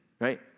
right